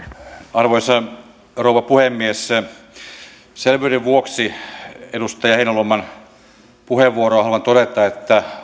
arvoisa rouva puhemies selvyyden vuoksi edustaja heinäluoman puheenvuoroon haluan todeta että